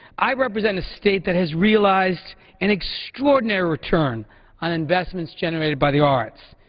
i represent a state that has realized an extraordinary return on investments generated by the arts.